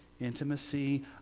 intimacy